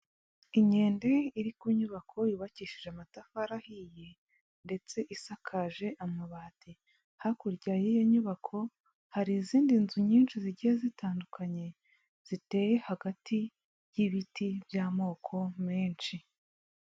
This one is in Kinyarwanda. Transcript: Inkende iri ku nyubako yubakishije amatafari ahiye ndetse isakaje amabati, hakurya y'iyo nyubako hari izindi nzu nyinshi zigiye zitandukanye ziteye hagati y'ibiti by'amoko menshi.